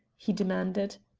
he demanded.